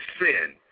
sin